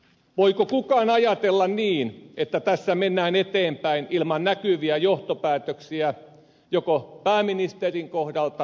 voiko kukaan ajatella niin että tässä mennään eteenpäin ilman näkyviä johtopäätöksiä joko pääministerin tai hallituksen kohdalta